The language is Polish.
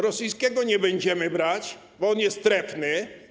Rosyjskiego nie będziemy brać, bo on jest trefny.